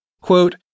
quote